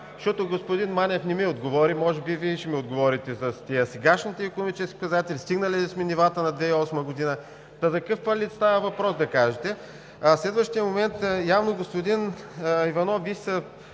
Защото господин Манев не ми отговори, но може би Вие ще ми отговорите за сегашните икономически показатели, стигнали ли сме нивата на 2008 г.? За какъв фалит става въпрос, да кажете! Следващият момент. Явно, господин Иванов,